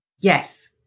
Yes